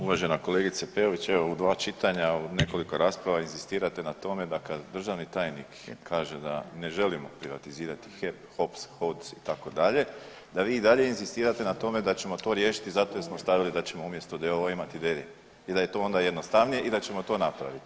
Uvažena kolegice Peović, evo u 2 čitanja u nekoliko rasprava inzistirate na tome da kad državni tajnik kaže da ne želimo privatizirati HEP, HOPS, HOC itd., da vi i dalje inzistirate na tome da ćemo to riješiti zato jer smo stavili da ćemo umjesto d.o.o. imati d.d. i da je to onda jednostavnije i da ćemo to napraviti.